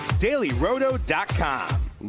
dailyroto.com